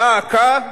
דא עקא,